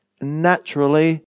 Naturally